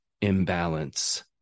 imbalance